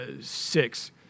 six